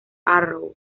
arrow